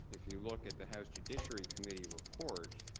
if you look at the house judiciary committee report,